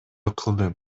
кылдым